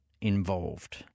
involved